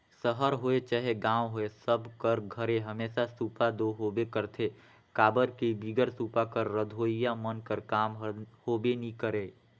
सहर होए चहे गाँव होए सब कर घरे हमेसा सूपा दो होबे करथे काबर कि बिगर सूपा कर रधोइया मन कर काम हर होबे नी करे